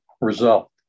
result